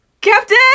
Captain